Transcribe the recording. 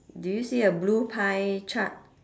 do you see a blue pie chart